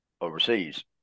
overseas